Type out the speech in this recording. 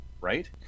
right